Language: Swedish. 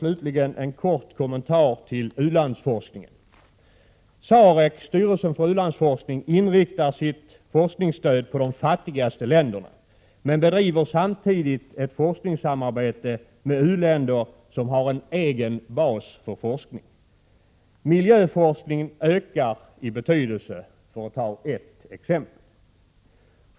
Slutligen vill jag göra en kort kommentar till u-landsforskningen. SAREC, styrelsen för u-landsforskning, inriktar sitt forskningsstöd på de fattigaste länderna, men bedriver samtidigt ett forskningssamarbete med u-länder som har en egen bas för forskning. ökar i betydelse.